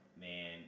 Man